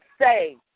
say